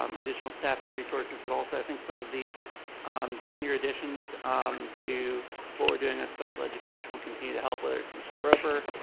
um additional staffing, resources but also i think some of the senior additions um to what we're doing on special education will continue to help whether it's michelle roper,